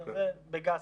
זה ב"גס"